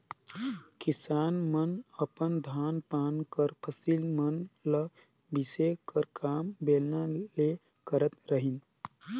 किसान मन अपन धान पान कर फसिल मन ल मिसे कर काम बेलना ले करत रहिन